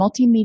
multimedia